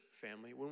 family